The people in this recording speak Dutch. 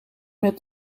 met